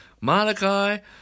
Malachi